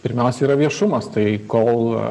pirmiausia yra viešumas tai kol